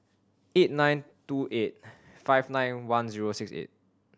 eight nine two eight five nine one zero six eight